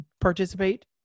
participate